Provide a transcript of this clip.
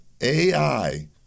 AI